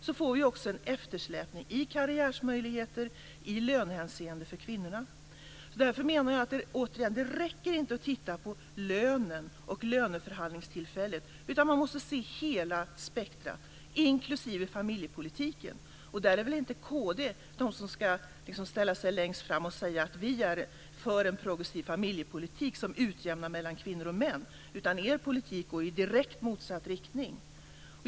Detta leder till en eftersläpning i karriärmöjligheter och i lönehänseende för kvinnorna. Jag menar därför återigen att det inte räcker att titta på lönen och löneförhandlingstillfället utan att man måste ta hänsyn till hela spektrumet, inklusive familjepolitiken. I det sammanhanget ska väl inte kd ställa sig längst fram och säga: Vi är för en progressiv familjepolitik som utjämnar mellan kvinnor och män. - Er politik går i direkt motsatt riktning.